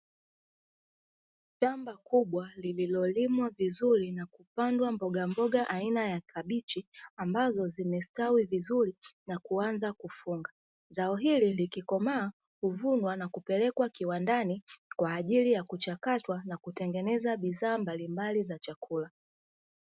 Shamba kubwa lililo limwa vizuri na kupandwa mbogamboga aina ya kabichi, ambazo zimestawi vizuri na kuanza kufunga. Zao hili likikomaa huvunwa na kupelekwa kiwandani kwa ajili ya kuchakatwa na kutengeneza bidhaa mbalimbali za chakula.